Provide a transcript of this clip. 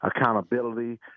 accountability